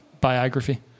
biography